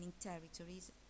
territories